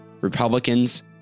Republicans